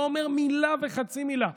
לא אומר מילה וחצי מילה.